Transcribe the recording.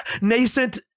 nascent